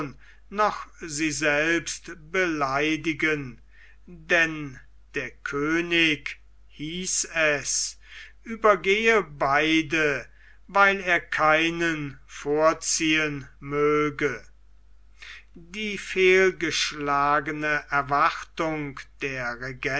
noch sie selbst beleidigen denn der könig hieß es übergehe beide weil er keinen vorziehen möge die fehlgeschlagene erwartung der